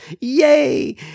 yay